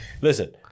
Listen